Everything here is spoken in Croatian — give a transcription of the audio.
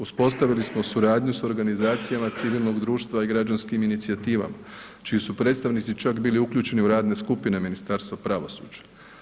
Uspostavili smo suradnju s organizacijama civilnog društva i građanskim inicijativama čiji su predstavnici čak bili uključeni u radne skupine Ministarstva pravosuđa.